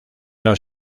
los